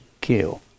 kill